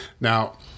Now